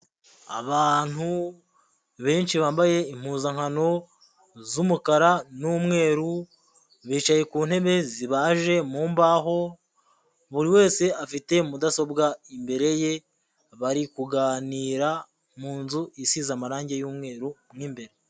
Abantu benshi bambaye impuzankano z'umukara n'umweru, bicaye ku ntebe zibaje mu mbaho, buri wese afite mudasobwa imbere ye, bari kuganira mu nzu isize amarangi y'umweru mo imbere.